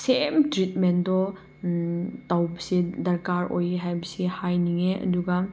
ꯁꯦꯝ ꯇ꯭ꯔꯤꯠꯃꯦꯟꯗꯣ ꯇꯧꯕꯁꯦ ꯗꯔꯀꯥꯔ ꯑꯣꯏꯌꯦ ꯍꯥꯏꯕꯁꯤ ꯍꯥꯏꯅꯤꯡꯉꯦ ꯑꯗꯨꯒ